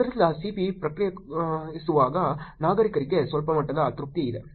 ಆದ್ದರಿಂದ CP ಪ್ರತಿಕ್ರಿಯಿಸುವಾಗ ನಾಗರಿಕರಿಗೆ ಸ್ವಲ್ಪ ಮಟ್ಟದ ತೃಪ್ತಿ ಇದೆ